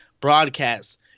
broadcast